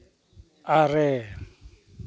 ᱟᱨᱮ